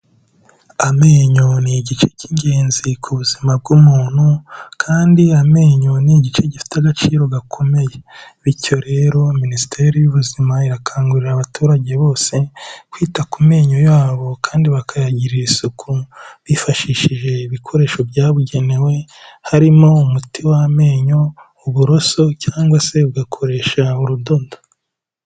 Amenyo ni igice cy'ingenzi ku buzima bw'umuntu kandi amenyo ni igice gifite agaciro gakomeye, bityo rero Minisiteri y'Ubuzima irakangurira abaturage bose kwita ku menyo yabo kandi bakayagirira isuku bifashishije ibikoresho byabugenewe, harimo umuti w'amenyo, uburoso cyangwa se ugakoresha urudodo.